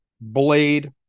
Blade